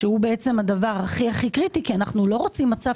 שהוא בעצם הדבר הכי קריטי כי אנחנו לא רוצים מצב